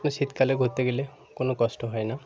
শীতকালে ঘুরতে গেলে কোনো কষ্ট হয় না